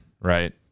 right